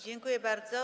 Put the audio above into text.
Dziękuję bardzo.